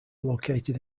located